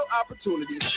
opportunities